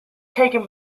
taken